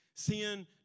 Sin